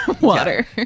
water